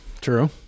true